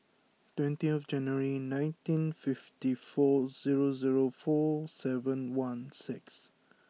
twenty January nineteen fifty four zero zero four seven one six